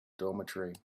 dormitory